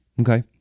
Okay